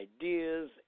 ideas